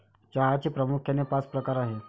चहाचे प्रामुख्याने पाच प्रकार आहेत